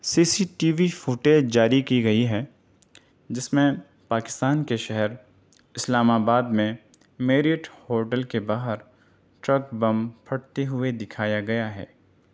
سی C T V footage جاری کی گئی ہے جس میں پاکستان کے شہر اسلام آباد میں میریٹ ہوٹل کے باہر ٹرک بم پھٹتے ہوئے دکھایا گیا ہے